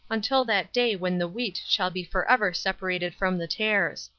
until that day when the wheat shall be forever separated from the tares.